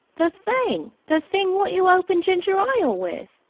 the thing. the thing wot you open ginger-ile with.